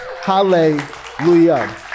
hallelujah